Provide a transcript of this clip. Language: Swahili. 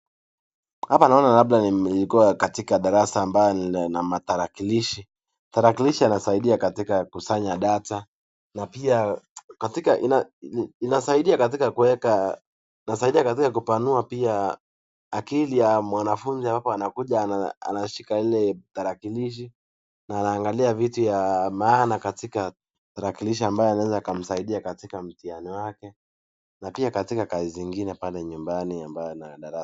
Hapa naona labda nimekuwa katika darasa ambalo limekuwa na matarakilishi, tarakilishi yanasaidia katika kusanya data na pia katika inasaidia katika kuweka inasadia katika kupanua pia akili ya mwanafuzi hapo anakuja anashika tarakilishi na anaangalia vitu ya maana ambayo yanaweza kumsaidia katika mtihani wake na pia katika kazi zingine pale nyumbani ambayo yanahada ...